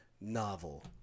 novel